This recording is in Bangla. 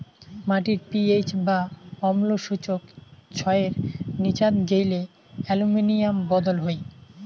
মাটির পি.এইচ বা অম্ল সূচক ছয়ের নীচাত গেইলে অ্যালুমিনিয়াম বদল হই